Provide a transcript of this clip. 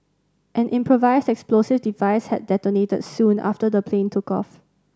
an improvised explosive device had detonated soon after the plane took off